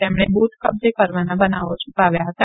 તેમણે બુથ કબજે કરવાના બનાવો છુપાવ્યા હતા